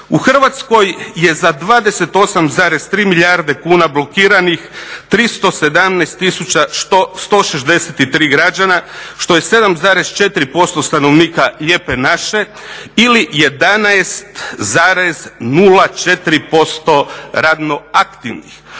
U Hrvatskoj je za 28,3 milijarde kuna blokiranih 317 tisuća 163 građana što je 7,4% stanovnika Lijepe naše ili 11,04% radno aktivnih.